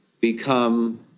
become